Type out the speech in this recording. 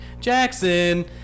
Jackson